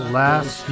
last